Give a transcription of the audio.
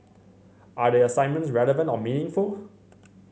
are the assignments relevant or meaningful